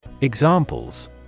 Examples